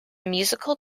musical